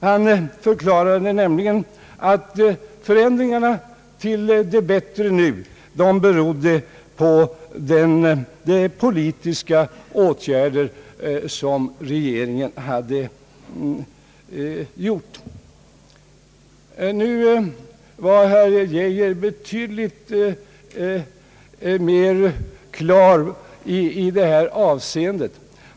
Han förklarade nämligen att förändringarna till det bättre nu berodde på de politiska åtgärder som regeringen hade vidtagit. Nu var herr Geijer betydligt mer klar i detta avseende.